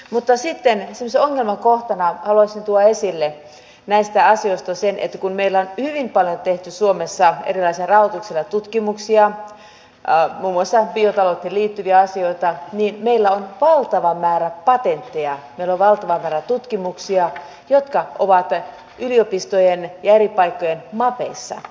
mutta sitten semmoisena ongelmakohtana haluaisin tuoda esille näistä asioista sen että kun meillä on hyvin paljon tehty suomessa erilaisilla rahoituksilla tutkimuksia muun muassa biotalouteen liittyviä asioita niin meillä on valtava määrä patentteja meillä on valtava määrä tutkimuksia jotka ovat yliopistojen ja eri paikkojen mapeissa